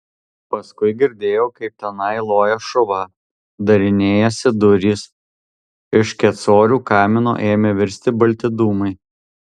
paskui girdėjau kaip tenai loja šuva darinėjasi durys iš kecorių kamino ėmė virsti balti dūmai